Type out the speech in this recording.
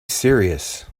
serious